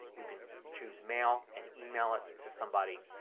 you can choose mail and email it to somebody